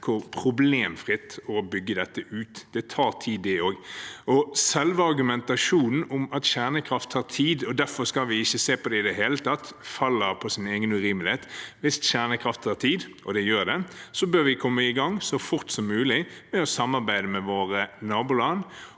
ikke problemfritt å bygge ut dette, og det tar tid det også. Selve argumentasjonen om at kjernekraft tar tid, og derfor skal vi ikke se på det i det hele tatt, faller på sin egen urimelighet. Hvis kjernekraft tar tid, og det gjør det, bør vi komme i gang så fort som mulig med å samarbeide med våre naboland,